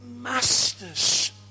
masters